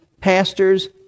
pastors